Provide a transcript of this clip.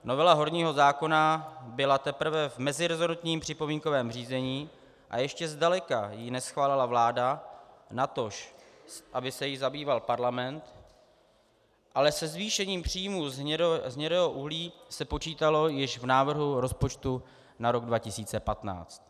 Novela horního zákona byla teprve v meziresortním připomínkovém řízení a ještě zdaleka ji neschválila vláda, natož aby se jí zabýval parlament, ale se zvýšením příjmů z hnědého uhlí se počítalo již v návrhu rozpočtu na rok 2015.